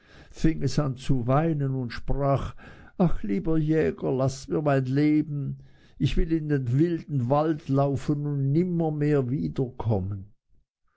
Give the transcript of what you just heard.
fing es an zu weinen und sprach ach lieber jäger laß mir mein leben ich will in den wilden wald laufen und nimmermehr wieder